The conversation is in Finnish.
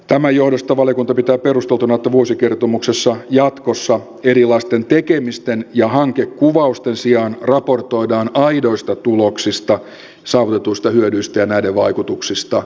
tämän johdosta valiokunta pitää perusteltuna että vuosikertomuksessa jatkossa erilaisten tekemisten ja hankekuvausten sijaan raportoidaan aidoista tuloksista saavutetuista hyödyistä ja näiden vaikutuksista